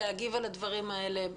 להגיב על הדברים האלה.